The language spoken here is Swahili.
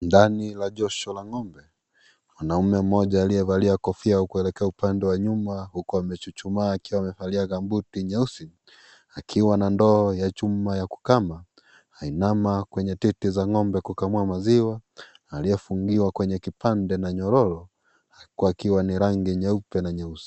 Ndani la joshi la ng'ombe, mwanaume mmoja aliyevalia kofia au kuelekea upande wa nyuma ,huku wamechuchumaa akiwa amevalia gambuti nyeusi akiwa na ndoo ya chuma ya kukama, anainama kwenye titi za ng'ombe kukamua maziwa, aliyefungiwa kwenye kipande na nyororo, huku akiwa ni rangi nyeupe na nyeusi.